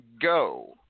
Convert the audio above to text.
go